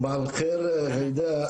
סבאח אלח'יר ג'ידא,